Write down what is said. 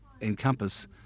encompass